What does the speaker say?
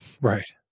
Right